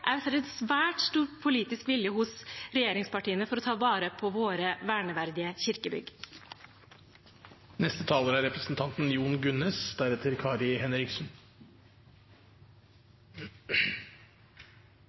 svært stor politisk vilje hos regjeringspartiene til å ta vare på våre verneverdige kirkebygg. Så langt ut i debatten er